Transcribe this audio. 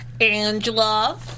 Angela